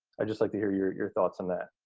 i'd just like to hear your your thoughts on that.